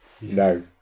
No